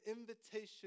invitation